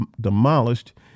demolished